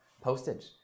postage